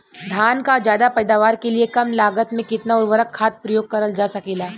धान क ज्यादा पैदावार के लिए कम लागत में कितना उर्वरक खाद प्रयोग करल जा सकेला?